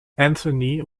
anthony